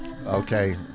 Okay